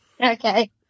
Okay